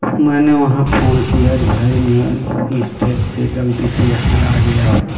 मैंने वहाँ फोन किया कि भाई मैं मिसटेक से गलती से यहाँ आ गया हूँ